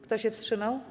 Kto się wstrzymał?